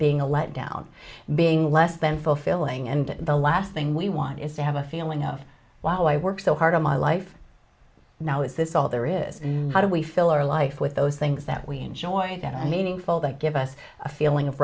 being a letdown being less than fulfilling and the last thing we want is to have a feeling of wow i work so hard in my life now is this all there is how do we fill our life with those things that we enjoy meaningful that give us a feeling of